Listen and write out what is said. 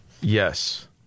Yes